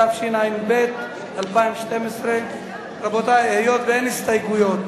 התשע"ב 2012. רבותי, היות שאין הסתייגויות,